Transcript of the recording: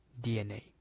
DNA